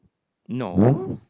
no